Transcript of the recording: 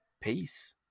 peace